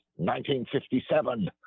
1957